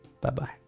Bye-bye